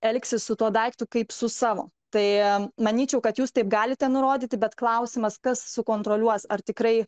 elgsis su tuo daiktu kaip su savo tai manyčiau kad jūs taip galite nurodyti bet klausimas kas sukontroliuos ar tikrai